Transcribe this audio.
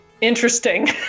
interesting